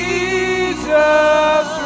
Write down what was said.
Jesus